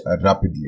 rapidly